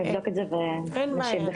מאה אחוז, אנחנו נבדוק את זה ונשיב בכתב.